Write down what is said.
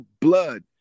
blood